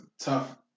tough